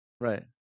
Right